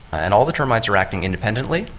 and all the termites are acting independently,